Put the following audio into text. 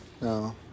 No